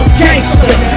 gangster